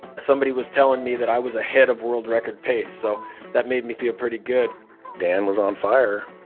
somebody was telling me that i was ahead of world record pace, so that made me feel pretty good dan was on fire